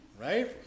right